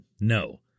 No